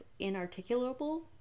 Inarticulable